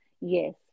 Yes